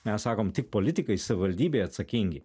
mes sakom tik politikai savivaldybėj atsakingi